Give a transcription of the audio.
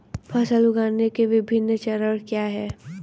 फसल उगाने के विभिन्न चरण क्या हैं?